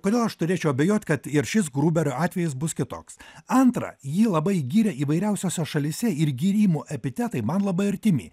kodėl aš turėčiau abejot kad ir šis gruberio atvejis bus kitoks antra jį labai giria įvairiausiose šalyse ir gyrimo epitetai man labai artimi